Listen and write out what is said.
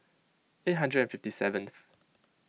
eight hundred and fifty seventh